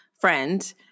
friend